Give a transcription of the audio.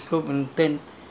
by going up